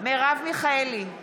מרב מיכאלי,